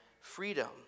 freedom